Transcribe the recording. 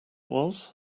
was